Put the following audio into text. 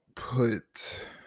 Put